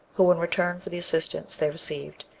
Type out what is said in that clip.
who, in return for the assistance they received,